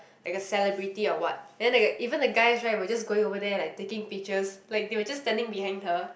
like a celebrity or what then like a even the guys right will just going over there like taking pictures like they were just standing behind her